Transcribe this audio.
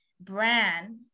brand